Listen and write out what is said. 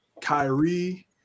Kyrie